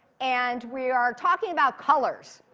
and we are talking about colors.